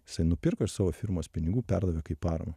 jisai nupirko iš savo firmos pinigų perdavė kaip paramą